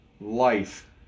life